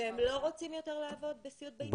והם לא רוצים יותר לעבוד בסיעוד ביתי?